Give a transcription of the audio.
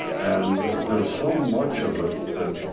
and there's so much of it that